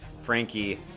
Frankie